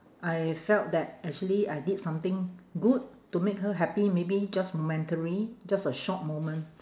I felt that actually I did something good to make her happy maybe just momentarily just a short moment